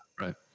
Right